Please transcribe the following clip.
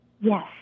yes